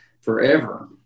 forever